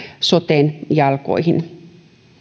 soten jalkoihin